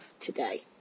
today